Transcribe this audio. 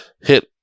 hit